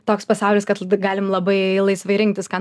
toks pasaulis kad galim labai laisvai rinktis ką